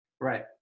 Right